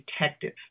detective